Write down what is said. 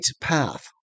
path